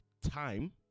time